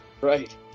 Right